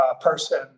person